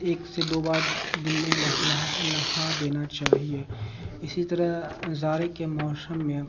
ایک سے دو بار دن میں نہا دینا چاہیے اسی طرح زارے کے موشم میں